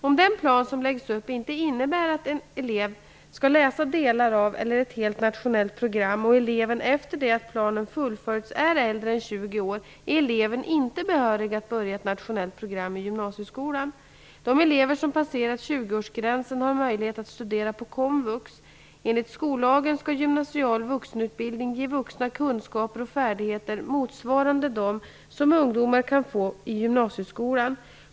Om den plan som läggs upp inte innebär att eleven skall läsa delar av eller ett helt nationellt program och eleven efter det att planen fullföljts är äldre än De elever som passerat 20-årsgränsen har möjlighet att studera på komvux. Enligt skollagen skall gymnasial vuxenutbildning ge vuxna kunskaper och färdigheter motsvarande de som ungdomar kan få genom gymnasieskolan.